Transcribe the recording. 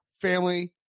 family